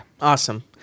Awesome